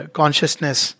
consciousness